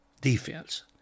defense